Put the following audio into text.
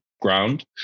ground